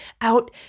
out